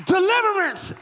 Deliverance